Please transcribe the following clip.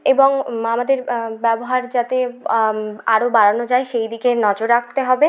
এবং আমাদের ব্যবহার যাতে আরও বাড়ানো যায় সেই দিকে নজর রাখতে হবে